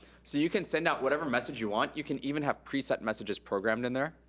so you can send out whatever message you want. you can even have preset messages programmed in there.